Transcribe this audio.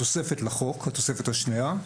בתוספת השנייה לחוק,